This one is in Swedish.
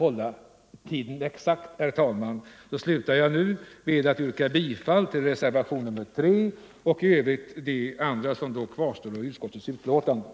Jag ber, herr talman, med detta att få yrka bifall till reservationen 3 och i övrigt till vad utskottet hemställt.